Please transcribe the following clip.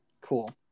Cool